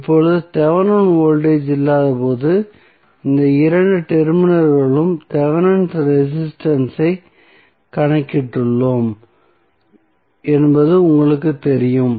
இப்போது Thevenin voltage இல்லாதபோது இந்த இரண்டு டெர்மினல்களிலும் தெவெனின் ரெசிஸ்டன்ஸ் ஐ கணக்கிட்டுள்ளோம் என்பது உங்களுக்குத் தெரியும்